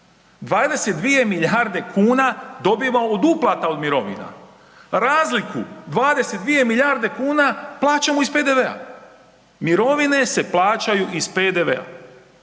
22 milijarde kuna dobiva od uplata od mirovna, razliku 22 milijarde kuna plaćamo iz PDV-a, mirovine se plaćaju iz PDV.